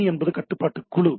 21 என்பது கட்டுப்பாட்டு குழு